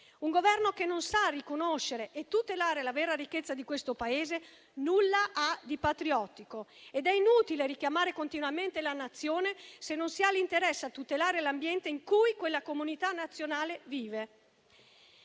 Un Governo che non sa riconoscere e tutelare la vera ricchezza di questo Paese nulla ha di patriottico ed è inutile richiamare continuamente la Nazione se non si ha l'interesse a tutelare l'ambiente in cui quella comunità nazionale vive.